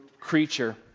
creature